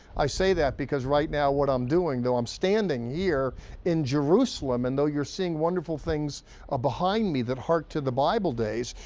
i say that because right now what i'm doing, though i'm standing here in jerusalem, and though you're seeing wonderful things ah behind me that hark to the bible days,